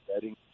betting